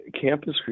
campus